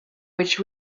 which